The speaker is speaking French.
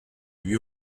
lui